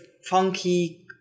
funky